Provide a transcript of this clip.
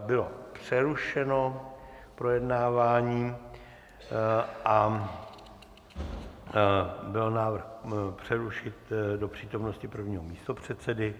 Bylo přerušeno projednávání a byl návrh přerušit do přítomnosti prvního místopředsedy.